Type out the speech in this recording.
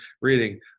reading